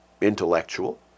intellectual